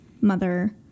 mother